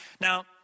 Now